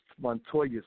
Montoya